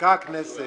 שחוקקה הכנסת